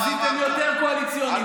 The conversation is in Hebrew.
עשיתם יותר קואליציוניים מאיתנו.